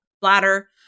bladder